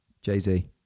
Jay-Z